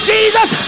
Jesus